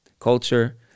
culture